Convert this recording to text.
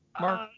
Mark